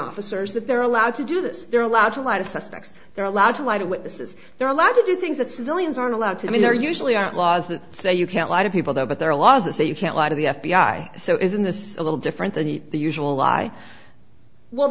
officers that they're allowed to do this they're allowed to lie to suspects they're allowed to lie to witnesses they're allowed to do things that civilians aren't allowed to i mean there usually aren't laws that say you can't lot of people there but there are laws that say you can't lot of the f b i so isn't this a little different than the usual lie well